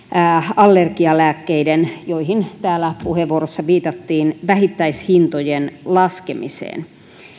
allergialääkkeiden joihin täällä puheenvuorossa viitattiin vähittäishintojen laskemiseen